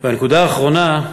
והנקודה האחרונה,